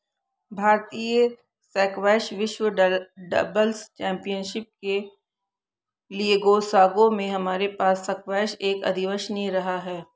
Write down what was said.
भारतीय स्क्वैश विश्व doubles championship के लिएग्लासगो में हमारे पास स्क्वैश एक अविश्वसनीय रहा है